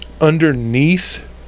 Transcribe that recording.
underneath